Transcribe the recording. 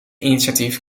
initiatief